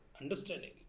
understanding